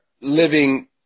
living